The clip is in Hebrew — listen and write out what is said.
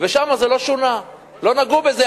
שם זה לא שונה, לא נגעו בזה.